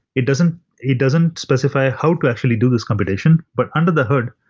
it doesn't it doesn't specify how to actually do this computation, but under the hood,